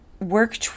work